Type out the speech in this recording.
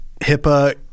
HIPAA